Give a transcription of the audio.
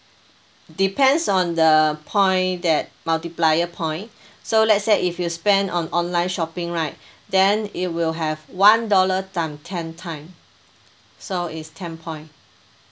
depends on the point that multiplier point so let's say if you spend on online shopping right then it will have one dollar time ten time so is ten point